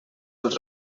els